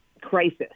crisis